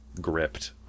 gripped